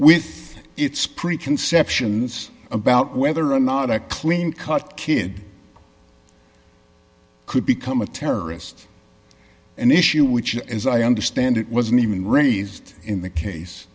with its preconceptions about whether or not a clean cut kid could become a terrorist an issue which as i understand it wasn't even raised in the case